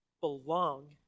belong